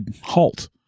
Halt